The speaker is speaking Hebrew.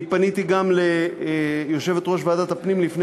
אני פניתי גם ליושבת-ראש ועדת הפנים לפני